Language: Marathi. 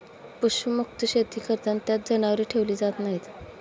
पशुमुक्त शेती करताना त्यात जनावरे ठेवली जात नाहीत